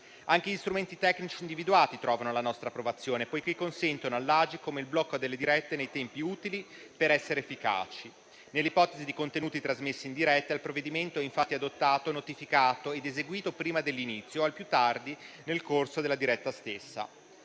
Anche gli strumenti tecnici individuati trovano la nostra approvazione, poiché consentono all'Agcom il blocco delle dirette nei tempi utili per essere efficaci. Nell'ipotesi di contenuti trasmessi in diretta, il provvedimento è infatti adottato, notificato ed eseguito prima dell'inizio o, al più tardi, nel corso della diretta stessa.